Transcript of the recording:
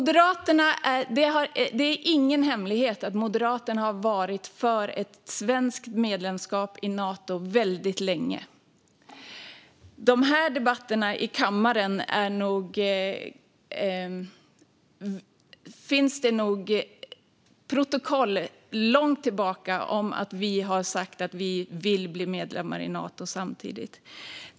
Det är ingen hemlighet att Moderaterna har varit för ett svenskt medlemskap i Nato väldigt länge. I protokollen från debatterna i kammaren kan man se att vi från Moderaterna under lång tid har sagt att vi vill att Sverige ska bli medlem i Nato.